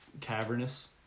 cavernous